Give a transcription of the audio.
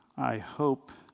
i hope.